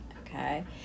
okay